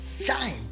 shine